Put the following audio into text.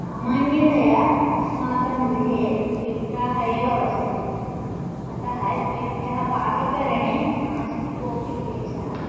सामान्यतया अस्माकं गृहे द्वित्राः एव वसन्ति अतः तेभ्यः पाककरणे नास्ति कोऽपि क्लेशः